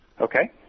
Okay